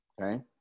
Okay